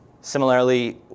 Similarly